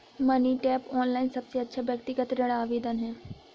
money tap, online सबसे अच्छा व्यक्तिगत ऋण आवेदन है